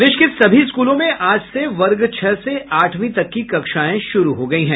प्रदेश के सभी स्कूलों में आज से वर्ग छह से आठवीं तक की कक्षाएं शुरू हो गयीं है